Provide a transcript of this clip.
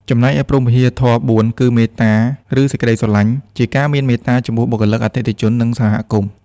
ចំណែកឯ ព្រហ្មវិហារធម៌៤គឺ មេត្តា ឬ សេចក្ដីស្រឡាញ់ ជាការមានមេត្តាចំពោះបុគ្គលិក អតិថិជន និងសហគមន៍។